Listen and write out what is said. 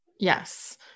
Yes